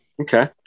Okay